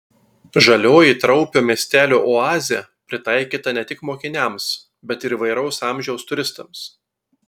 žalioji traupio miestelio oazė pritaikyta ne tik mokiniams bet ir įvairaus amžiaus turistams